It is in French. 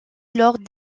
lors